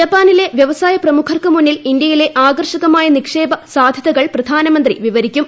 ജപ്പാനിലെ വ്യവസായ പ്രമുഖർക്ക് മുന്നിൽ ഇന്ത്യയിലെ ആകർഷകമായ നിക്ഷേപ സാധ്യതകൾ പ്രധാനമന്ത്രി വിവരിക്കും